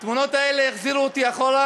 התמונות האלה החזירו אותי אחורה,